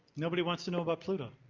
nobody wants to know about pluto?